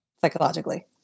Psychologically